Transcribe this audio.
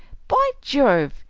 by jove!